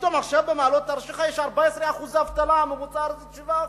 פתאום עכשיו במעלות-תרשיחא יש 14% אבטלה כאשר הממוצע הארצי הוא 7%?